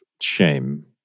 shame